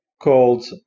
called